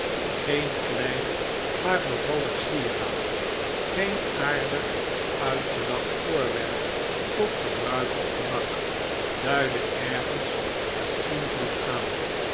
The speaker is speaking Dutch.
g-een klein maar bevallig sieraad geen aardig uitgedacht voorwerp tot gebruik of gemak duidde ergens haar invloed aan